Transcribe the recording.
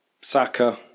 Saka